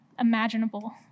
imaginable